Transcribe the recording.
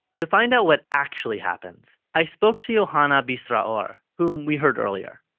to find out what actually happens, i spoke to yohanna bisraor, whom we heard earlier.